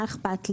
מה אכפת לי?